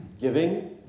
Giving